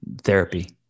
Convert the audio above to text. therapy